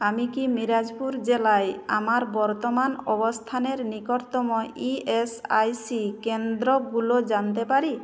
আমি কি মিরাজপুর জেলায় আমার বর্তমান অবস্থানের নিকটতম ইএসআইসি কেন্দ্রগুলো জানতে পারি